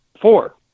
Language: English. four